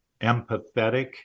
empathetic